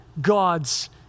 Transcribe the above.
God's